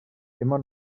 immer